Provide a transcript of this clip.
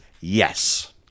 yes